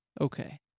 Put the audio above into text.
okay